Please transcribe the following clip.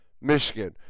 Michigan